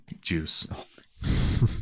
juice